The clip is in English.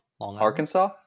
Arkansas